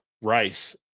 rice